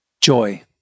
Joy